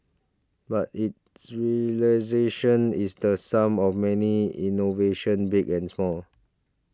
but its realisation is the sum of many innovations big and small